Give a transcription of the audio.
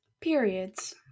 periods